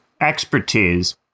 expertise